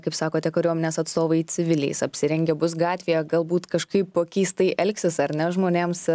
kaip sakote kariuomenės atstovai civiliais apsirengę bus gatvėje galbūt kažkaip keistai elgsis ar ne žmonėms